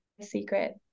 secret